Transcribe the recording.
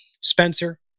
Spencer